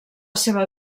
seva